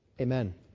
Amen